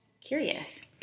Curious